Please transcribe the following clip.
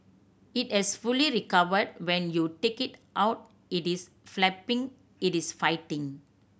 it has fully recovered when you take it out it is flapping it is fighting